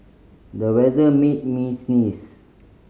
the weather made me sneeze